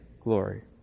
glory